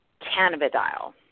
cannabidiol